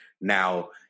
now